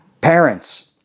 parents